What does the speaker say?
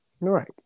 Right